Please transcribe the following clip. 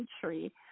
country